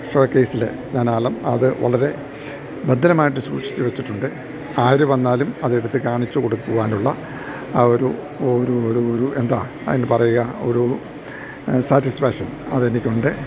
ഷോക്കേസിൽ ഞാൻ എല്ലാം അത് വളരെ ഭദ്രമായിട്ട് സൂക്ഷിച്ച് വെച്ചിട്ടുണ്ട് ആര് വന്നാലും അതെടുത്ത് കാണിച്ച് കൊടുക്കുവാനുള്ള ആ ഒരു ഒരു ഒരു ഒരു എന്താ അതിന് പറയുക ഒരു സാറ്റിസ്ഫാക്ഷൻ അതെനിക്കുണ്ട്